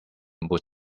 mood